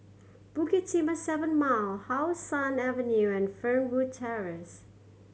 Bukit Timah Seven Mile How Sun Avenue and Fernwood Terrace